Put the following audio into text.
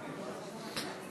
50 חברי כנסת.